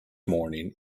morning